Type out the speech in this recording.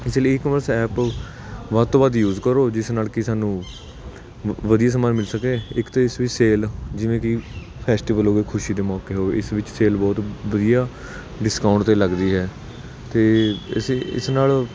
ਇਸ ਲਈ ecommerce app ਵੱਧ ਤੋਂ ਵੱਧ ਯੂਜ ਕਰੋ ਜਿਸ ਨਾਲ ਕਿ ਸਾਨੂੰ ਵ ਵਧੀਆ ਸਮਾਨ ਮਿਲ ਸਕੇ ਇੱਕ ਤਾਂ ਇਸ ਵਿੱਚ ਸੇਲ ਜਿਵੇਂ ਕਿ ਫੈਸਟੀਵਲ ਹੋ ਗਏ ਖੁਸ਼ੀ ਦੇ ਮੌਕੇ ਹੋ ਗਏ ਇਸ ਵਿੱਚ ਸੇਲ ਬਹੁਤ ਵਧੀਆ ਡਿਸਕਾਊਂਟ 'ਤੇ ਲੱਗਦੀ ਹੈ ਅਤੇ ਅਸੀਂ ਇਸ ਨਾਲ